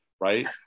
right